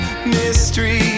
Mystery